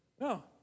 No